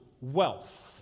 wealth